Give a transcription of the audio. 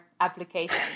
application